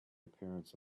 appearance